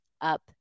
up